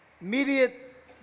immediate